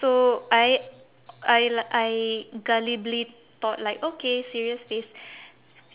so I I I gullibly thought like okay serious face